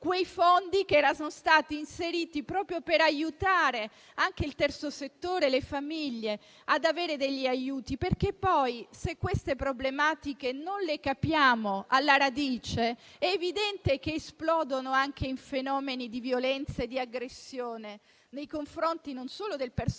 i fondi che erano stati inseriti proprio per aiutare il terzo settore e le famiglie ad avere degli aiuti. Se queste problematiche non le capiamo alla radice, è evidente che esplodono anche in fenomeni di violenza e di aggressione nei confronti del personale